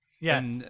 Yes